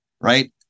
right